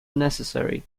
necessary